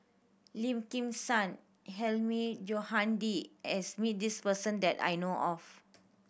Lim Kim San Hilmi Johandi has met this person that I know of